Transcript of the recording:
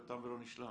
ותם ולא נשלם.